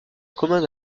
commun